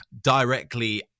directly